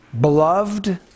beloved